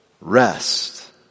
rest